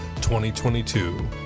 2022